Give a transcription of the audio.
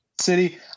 city